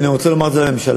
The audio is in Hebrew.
ואני רוצה לומר לממשלה,